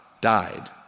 died